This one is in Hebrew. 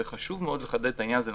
וחשוב מאוד לחדד את העניין הזה,